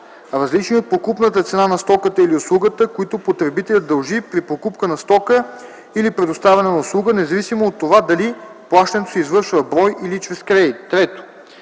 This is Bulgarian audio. различни от покупната цена на стоката или услугата, които потребителят дължи при покупка на стока или предоставяне на услуга, независимо от това дали плащането се извършва в брой или чрез